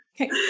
Okay